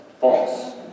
False